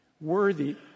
Worthy